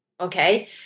okay